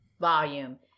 volume